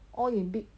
all in big